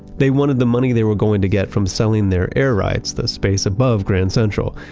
they wanted the money they were going to get from selling their air rights, the space above grand central,